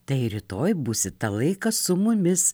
tai rytoj būsit tą laiką su mumis